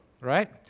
right